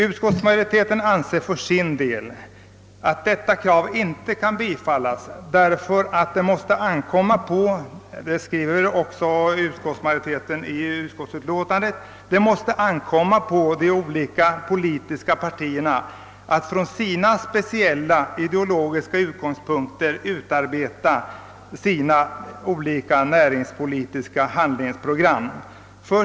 Utskottsmajoriteten anser att detta krav inte bör bifallas, ty det måste ankomma på de olika politiska partierna att från sina speciella ideologiska utgångspunkter utarbeta sina olika näringspolitiska handlingsprogram.